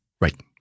right